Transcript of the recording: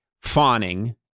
fawning